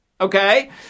Okay